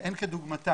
שאין כדוגמתה,